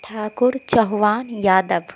Thakur Chauhan Yadav